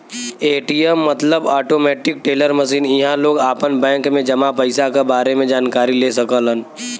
ATM मतलब automatic teller machine इहां लोग आपन बैंक में जमा पइसा क बारे में जानकारी ले सकलन